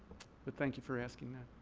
but thank you for asking that.